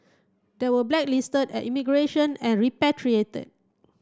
they were blacklisted at immigration and repatriated